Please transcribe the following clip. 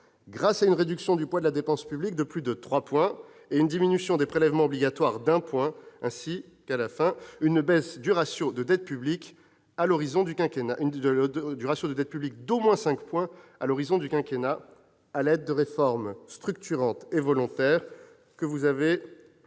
grâce à une réduction du poids de la dépense publique de plus de 3 points et à une diminution des prélèvements obligatoires de 1 point, ainsi qu'une baisse du ratio de dette publique d'au moins 5 points à l'horizon du quinquennat à l'aide de réformes structurantes et volontaires que vous avez